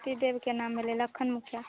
पतिदेवक नाम भेलै लखन मुखिया